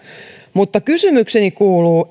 mutta kysymykseni kuuluu